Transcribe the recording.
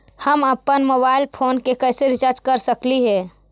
हम अप्पन mobile phone के कैसे रिचार्ज कर सकली हे?